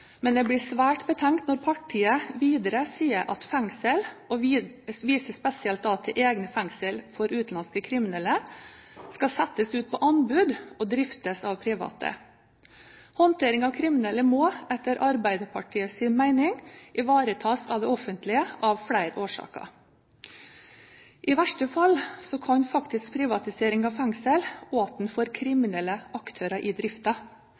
men jeg blir svært betenkt når partiet videre sier at fengsel – og viser spesielt til egne fengsel for utenlandske kriminelle – skal settes ut på anbud og driftes av private. Håndtering av kriminelle må etter Arbeiderpartiets mening ivaretas av det offentlige, av flere årsaker. I verste fall kan faktisk privatisering av fengsel åpne for kriminelle aktører i